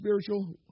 spiritual